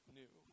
new